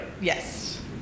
Yes